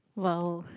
!wow!